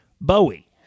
Bowie